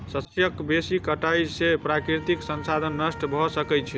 शस्यक बेसी कटाई से प्राकृतिक संसाधन नष्ट भ सकै छै